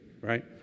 right